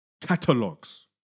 catalogs